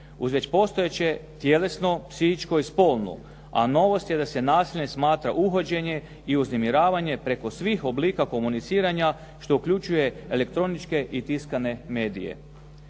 uz već postojeće tjelesno, psihičko i spolno. A novost je da se nasiljem smatra uhođenje i uznemiravanje preko svih oblika komuniciranja što uključuje elektroničke i tiskane medije.